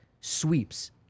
Sweeps